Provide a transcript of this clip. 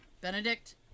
Benedict